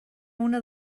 una